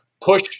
push